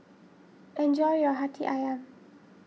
enjoy your Hati Ayam